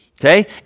Okay